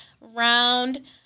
round